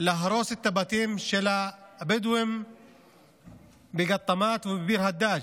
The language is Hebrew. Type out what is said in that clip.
להרוס את הבתים של הבדואים בגאטאמאת ובביר הדאג'.